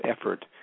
effort